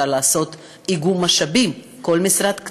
אפשר לעשות איגום משאבים, כל משרד קצת,